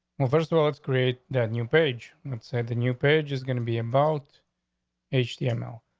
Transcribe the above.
well, first of all, it's great that new page. let's say the new page is gonna be about h t m l.